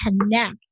connect